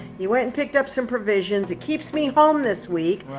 you went and picked up some provisions. it keeps me home this week,